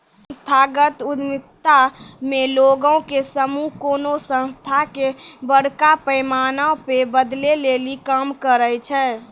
संस्थागत उद्यमिता मे लोगो के समूह कोनो संस्था के बड़का पैमाना पे बदलै लेली काम करै छै